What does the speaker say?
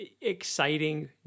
exciting